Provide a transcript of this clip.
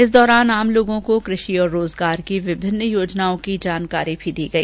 इस दौरान आम लोगों को कृषि और रोजगार की विभिन्न योजनाओं की जानकारी भी दी गई